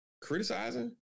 criticizing